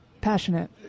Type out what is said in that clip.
Passionate